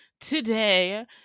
today